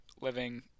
living